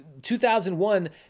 2001